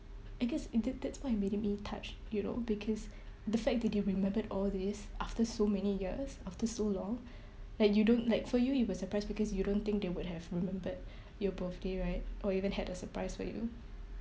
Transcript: I guess i~ that's that's why it made me touched you know because the fact that they remembered all this after so many years after so long like you don't like for you you were surprised because you don't think they would have remembered your birthday right or even had a surprise for you